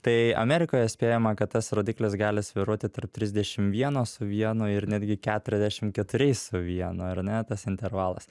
tai amerikoje spėjama kad tas rodiklis gali svyruoti tarp trisdešim vieno su vienu ir netgi keturiasdešimt keturiais su vienu ar ne tas intervalas